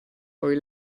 poi